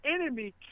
enemy